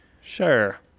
Sure